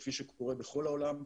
כפי שקורה בכל העולם,